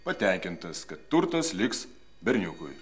patenkintas kad turtas liks berniukui